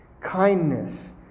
kindness